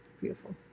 Beautiful